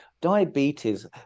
Diabetes